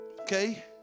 Okay